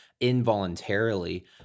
involuntarily